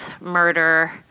murder